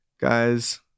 guys